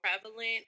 prevalent